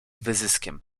wyzyskiem